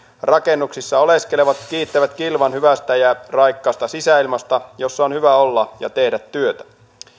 rakennuksissa oleskelevat kiittävät kilvan hyvästä ja raikkaasta sisäilmasta jossa on hyvä olla ja tehdä työtä